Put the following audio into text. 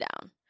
down